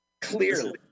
Clearly